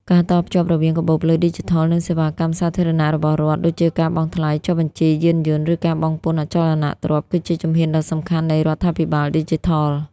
ការតភ្ជាប់រវាងកាបូបលុយឌីជីថល និងសេវាកម្មសាធារណៈរបស់រដ្ឋ ដូចជាការបង់ថ្លៃចុះបញ្ជីយានយន្ត ឬការបង់ពន្ធអចលនទ្រព្យ គឺជាជំហានដ៏សំខាន់នៃរដ្ឋាភិបាលឌីជីថល។